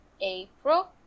April